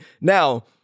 Now